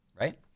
right